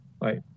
right